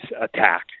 attack